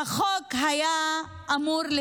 והחוק היה אמור,